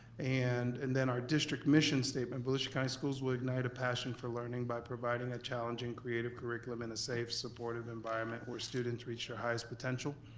and and then our district mission statement, volusia county schools will ignite a passion for learning by providing a challenging, creative curriculum and a safe, supportive environment where students reach their highest potential,